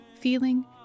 feeling